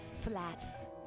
flat